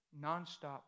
nonstop